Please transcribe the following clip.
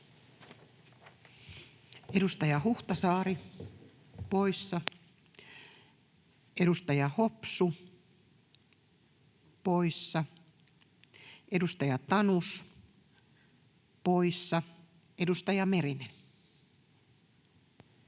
Edustaja Huhtasaari poissa, edustaja Hopsu poissa, edustaja Tanus poissa. — Edustaja Merinen.